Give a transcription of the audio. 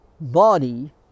body